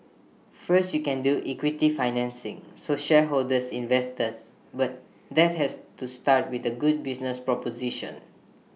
first you can do equity financing so shareholders investors but that has to start with A good business proposition